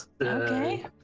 okay